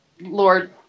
Lord